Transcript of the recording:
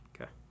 Okay